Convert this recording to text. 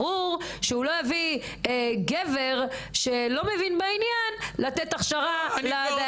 ברור שהוא לא יביא גבר שלא מביא בעניין לתת הכשרה לדיינים.